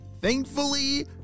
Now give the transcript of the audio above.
Thankfully